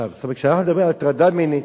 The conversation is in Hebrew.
זאת אומרת, כשאנחנו מדברים על הטרדה מינית,